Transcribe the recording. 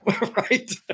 right